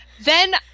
Then-